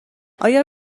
آیا